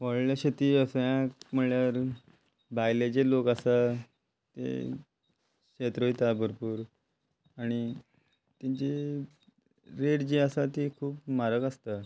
व्हडलें शेती म्हणल्यार भायले जे लोक आसा ते शेत रोयता भरपूर आनी तेंची रेट जी आसा ती खूब म्हारग आसता